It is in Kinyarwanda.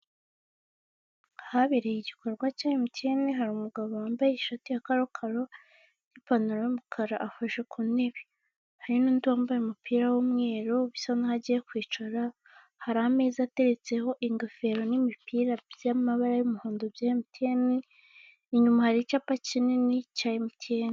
Uru ni urubuga rwa banki runaka rukorera kuri murandasi ndetse n'ikoranabuhanga, aho ushobora kugura amainite, kohereza amafaranga no kuyakira mu buryo bworoshye bitagusabye kuva aho uri.